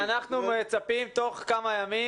התרבות והספורט): אנחנו מצפים תוך כמה ימים